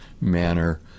manner